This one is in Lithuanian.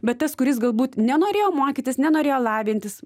bet tas kuris galbūt nenorėjo mokytis nenorėjo lavintis